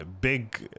big